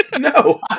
No